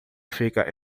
fica